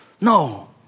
No